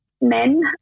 Men